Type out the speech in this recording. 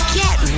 get